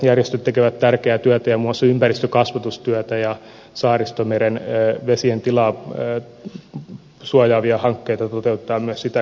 järjestöt tekevät tärkeää työtä ja muun muassa ympäristökasvatustyötä ja saaristomeren vesien tilaa suojaavia hankkeita toteutetaan myös sitä kautta